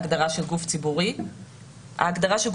יש הגדרת גוף ציבורי אחד שיכול ליצור איתי קשר